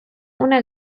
una